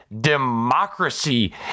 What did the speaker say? democracy